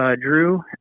Drew